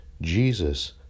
Jesus